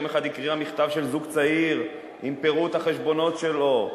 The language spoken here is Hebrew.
ויום אחד הקריאה מכתב של זוג צעיר עם פירוט החשבונות שלו.